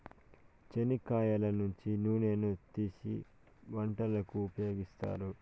చెనిక్కాయల నుంచి నూనెను తీసీ వంటలకు ఉపయోగిత్తారు